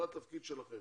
זה התפקיד שלכם